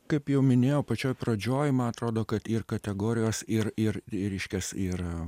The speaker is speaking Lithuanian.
kaip jau minėjau pačioj pradžioj man atrodo kad ir kategorijos ir ir reiškias ir